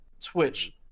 Twitch